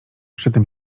szczytem